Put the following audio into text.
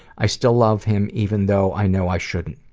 i still love him, even though i know i shouldn't.